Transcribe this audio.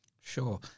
Sure